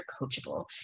coachable